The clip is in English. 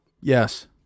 Yes